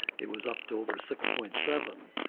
it was up to over six point seven.